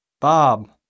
Bob